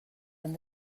han